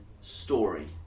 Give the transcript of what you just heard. story